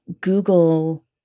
Google